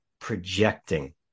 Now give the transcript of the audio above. projecting